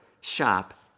shop